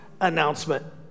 announcement